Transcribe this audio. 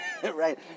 Right